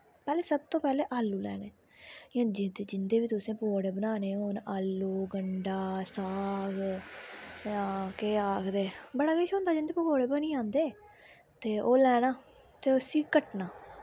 पैह्ले सब तो पैह्लें आलू लैने जिंदे जिंदे बी तुसैं पकौड़े बनाने होन आलू गण्डा साग जां केह् आक्खदे बड़ा किश होंदा जिंदे पकौड़े बनि जंदे ते ओह् लैना ते उस्सी कट्टना